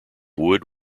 wood